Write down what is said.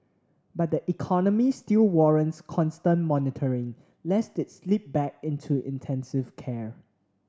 but the economy still warrants constant monitoring lest it slip back into intensive care